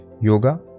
Yoga